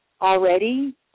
already